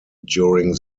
during